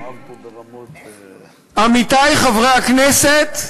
עמיתי חברי הכנסת,